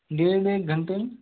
डेढ़ एक घंटे में